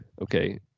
Okay